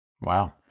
Wow